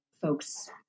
folks